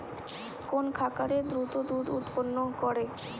কোন খাকারে দ্রুত দুধ উৎপন্ন করে?